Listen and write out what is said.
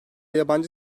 yabancı